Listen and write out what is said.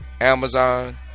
Amazon